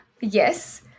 yes